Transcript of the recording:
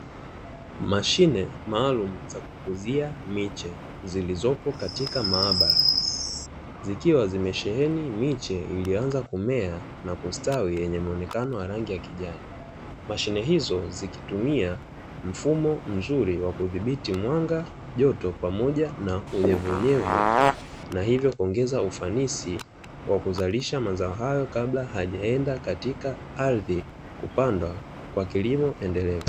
Mashine maalumu za kukuzia miche, zilizopo katika maabara zikiwa zimesheheni miche iliyoanza kumea na kustawi yenye mwonekano wa rangi ya kijani, mashine hizo zikitumia mfumo mzuri wa kudhibiti mwanga, joto, pamoja na unyevunyevu na hivyo kuongeza ufanisi wa kuzalisha mazao hayo kabla hajaenda katika ardhi kupandwa kwa kilimo endelevu.